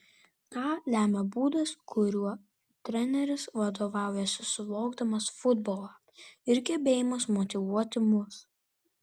tą lemia būdas kuriuo treneris vadovaujasi suvokdamas futbolą ir gebėjimas motyvuoti mus